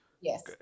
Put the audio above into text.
Yes